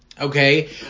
okay